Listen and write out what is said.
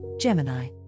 Gemini